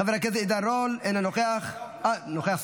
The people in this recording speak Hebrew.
חבר הכנסת עידן רול, אינו נוכח, נוכח,